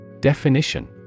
definition